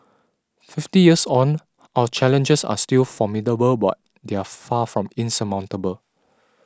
fifty years on our challenges are still formidable but they are far from insurmountable